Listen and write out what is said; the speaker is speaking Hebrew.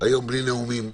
היום בלי נאומים,